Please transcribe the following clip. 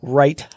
right